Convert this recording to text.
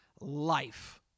life